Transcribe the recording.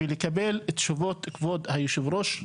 ולדבר את תשובות כבוד יושב הראש,